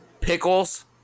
Pickles